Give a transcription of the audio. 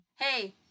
Hey